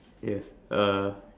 yes uh